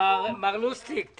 מר לוסטיג,